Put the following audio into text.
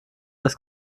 das